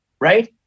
right